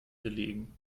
gelegen